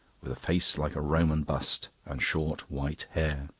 with a face like a roman bust, and short white hair.